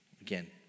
Again